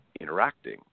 interacting